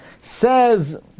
says